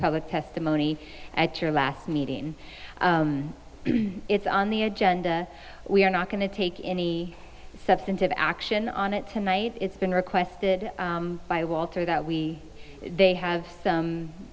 public testimony at your last meeting it's on the agenda we are not going to take any substantive action on it tonight it's been requested by walter that we they have some